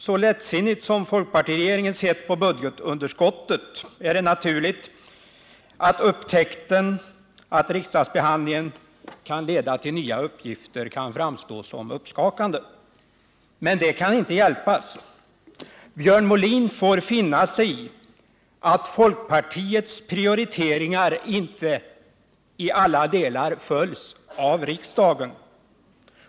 Så lättsinnigt som folkpartiregeringen sett på budgetunderskottet är det naturligt att upptäckten att riksdagsbehandlingen kan leda till nya utgifter kan framstå som uppskakande. Men det kan inte hjälpas. Björn Molin får finna sig i att folkpartiets prioriteringar inte i alla delar följs av riksdagen.